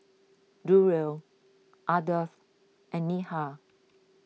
Durrell Ardath and Neha